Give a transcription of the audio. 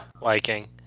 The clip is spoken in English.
liking